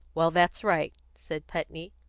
well, that's right, said putney.